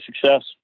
success